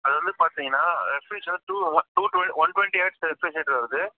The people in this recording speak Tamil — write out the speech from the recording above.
அதுவந்து பார்த்தீங்கன்னா two one two twenty one twenty வருது